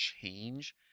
change